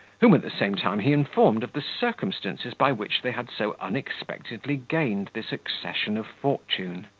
whom at the same time he informed of the circumstances by which they had so unexpectedly gained this accession of fortune.